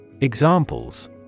Examples